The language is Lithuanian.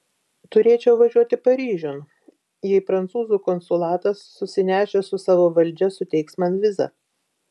turėčiau važiuoti paryžiun jei prancūzų konsulatas susinešęs su savo valdžia suteiks man vizą